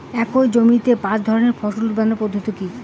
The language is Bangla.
একই জমিতে বছরে পাঁচ ধরনের ফসল উৎপাদন পদ্ধতি কী?